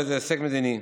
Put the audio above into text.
וזה הישג מדיני.